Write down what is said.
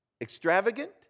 Extravagant